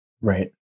Right